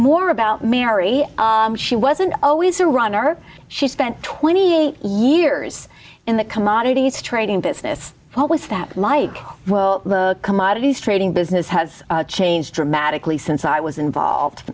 more about mary she wasn't always a runner she spent twenty years in the commodities trading business what was that like well the commodities trading business has changed dramatically since i was involved